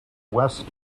west